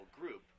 group